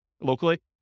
locally